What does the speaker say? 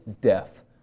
death